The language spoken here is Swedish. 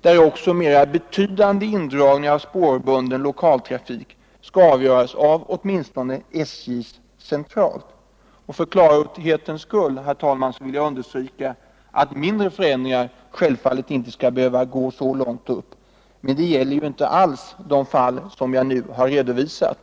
där också mera betydande indragningar av spårbunden lokaltrafik skall avgöras av åtminstone SJ:s centralförvaltning. För klarhetens skull vill jag understryka att mindre förändringar självfallet inte skall behöva gå så långt upp, men det gäller inte de fall som jag nu har redovisat.